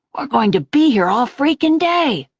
we're going to be here all freakin' day.